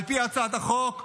על פי הצעת החוק,